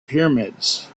pyramids